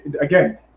Again